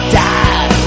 die